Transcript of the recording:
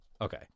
Okay